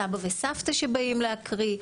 סבא וסבתא שבאים להקריא,